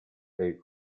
their